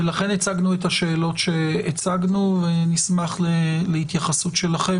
ולכן הצגנו את השאלות שהצגנו ונשמח להתייחסות שלכם